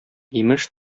имеш